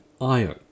Io